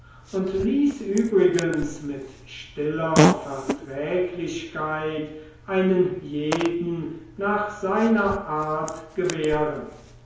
und ließ übrigens mit stiller verträglichkeit einen jeden nach seiner art gewähren